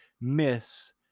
miss